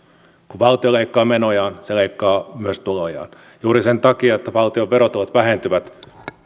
kun valtio leikkaa menojaan se leikkaa myös tulojaan juuri sen takia että valtion verot ovat vähentyvät kun